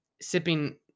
sipping